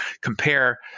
compare